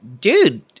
dude